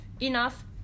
enough